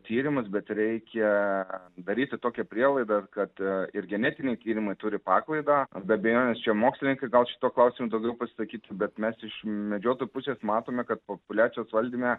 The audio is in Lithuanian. tyrimus bet reikia daryti tokią prielaidą kad ir genetiniai tyrimai turi paklaidą be abejonės čia mokslininkai gal šituo klausimu daugiau pasakytų bet mes iš medžiotų pusės matome kad populiacijos valdyme